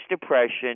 Depression